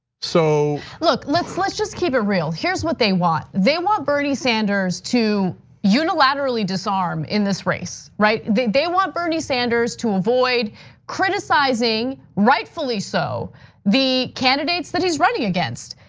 so look, let's let's just keep it real, here's what they want. they want bernie sanders to unilaterally disarm in this race, right? they they want bernie sanders to avoid criticizing, rightfully so the candidates that he's running against.